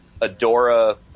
Adora